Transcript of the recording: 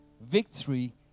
victory